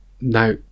Now